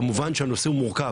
כמובן הנושא הוא מורכב,